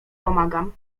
pomagam